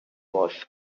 was